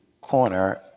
corner